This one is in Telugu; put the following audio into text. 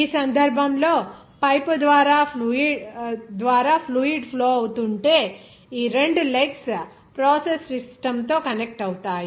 ఈ సందర్భంలోపైప్ ద్వారా ఫ్లూయిడ్ ఫ్లో అవుతుంటే ఈ రెండు లెగ్స్ ప్రాసెస్ సిస్టమ్తో కనెక్ట్ అవుతాయి